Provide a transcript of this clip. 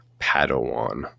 padawan